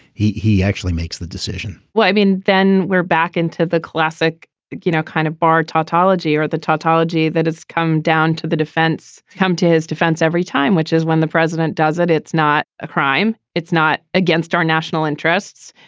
he he actually makes the decision well i mean then we're back into the classic you know kind of bar tautology or the tautology that it's come down to the defense come to his defense every time which is when the president does it it's not a crime it's not against our national interests.